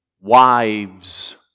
wives